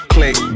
Click